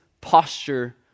posture